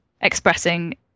expressing